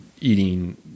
eating